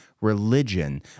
religion